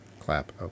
clap